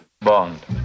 Bond